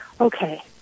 okay